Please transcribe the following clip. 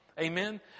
Amen